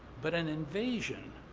but an invasion,